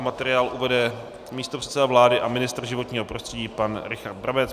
Materiál uvede místopředseda vlády a ministr životního prostředí pan Richard Brabec.